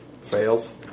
Fails